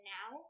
now